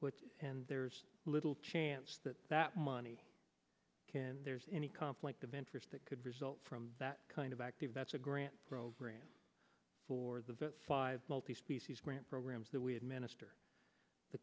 activity and there's little chance that that money can there's any conflict of interest that could result from that kind of active that's a grant program for the vets multi species grant programs that we administer the